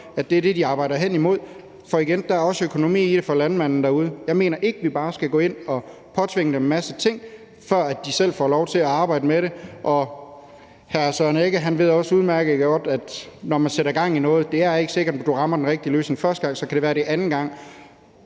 at det er det, de arbejder henimod. For igen vil jeg sige, at der også er økonomi i det for landmanden derude. Jeg mener ikke, at vi bare skal gå ind og påtvinge dem en masse ting, før de selv får lov til at arbejde med det. Hr. Søren Egge Rasmussen ved også udmærket godt, at når man sætter gang i noget, er det ikke sikkert, man rammer den rigtige løsning første gang, men så kan det være, at det sker anden gang.